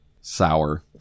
Sour